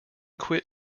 quit